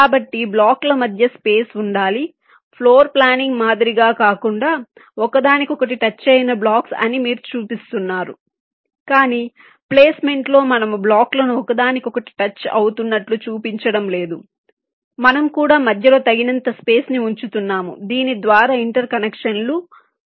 కాబట్టి బ్లాకుల మధ్య స్పేస్ ఉండాలి ఫ్లోర్ ప్లానింగ్ మాదిరిగా కాకుండా ఒకదానికొకటి టచ్ అయిన బ్లాక్స్ అని మీరు చూపిస్తున్నారు కాని ప్లేస్మెంట్లో మనము బ్లాక్లను ఒకదానికొకటి టచ్ అవుతున్నట్లు చూపించడం లేదు మనము కూడా మధ్యలో తగినంత స్పేస్ ని ఉంచుతున్నాము దీని ద్వారా ఇంటర్ కనెక్షన్లు వేయవచ్చు